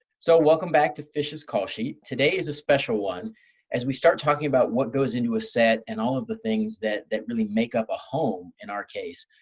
so welcome back to fish's call sheet. today is a special one as we start talking about what goes into a set and all of the things that that really make up a home. in our case,